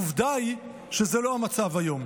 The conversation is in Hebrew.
העובדה היא שזה לא המצב היום.